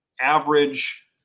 average